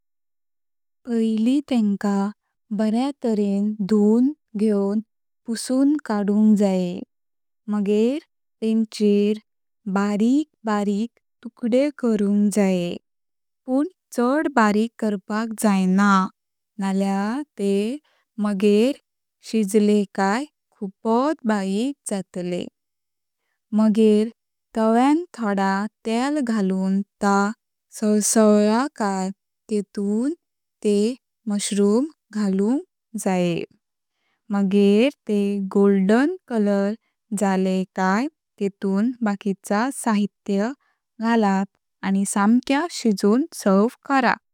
पहिली तेंका बर्या तारें धुवन घेवुन पुशुन कडुंक जायें मागेर तेंचेर बारिक बारिक तुकडे कडुंक जायें पण चड बारिक करपाक जाईना नळया तेह मागेर शिजले काय खुपत बारिक जातले, मागेर तव्या थोडा तेल घालुन त सळसळा काय तेटूं तेह मशरूम घालुंक जायें, मागेर तेह गोल्डन कलर जाले काय तेटूं बाचीचा साहित्य घालप आनि सांक्या शिजवून सर्व्ह करप।